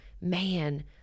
Man